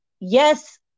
yes